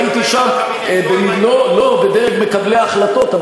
והייתי שם לא בדרג מקבלי ההחלטות,